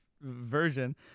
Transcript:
version